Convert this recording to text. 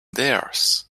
theirs